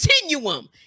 Continuum